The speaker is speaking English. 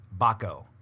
Baco